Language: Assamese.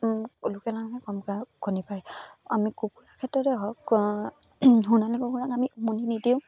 লোকেল হাঁহে কমকৈ আৰু কণী পাৰে আমি কুকুৰা ক্ষেত্ৰতে হওক সোণালী কুকুৰাক আমি উমনি নিদিওঁ